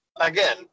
again